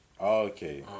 okay